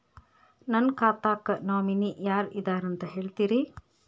ನನ್ನ ಖಾತಾಕ್ಕ ನಾಮಿನಿ ಯಾರ ಇದಾರಂತ ಹೇಳತಿರಿ?